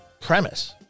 premise